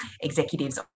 executives